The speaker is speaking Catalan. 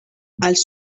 els